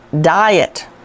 diet